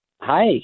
Hi